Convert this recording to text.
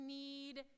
need